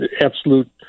absolute